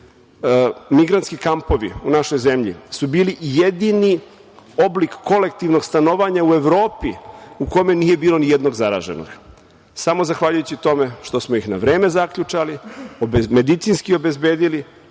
migrantski kampovi u našoj zemlji su bili jedini oblik kolektivnog stanovanja u Evropi u kome nije bilo ni jednog zaraženog, samo zahvaljujući tome što smo ih na vreme zaključali, medicinski obezbedili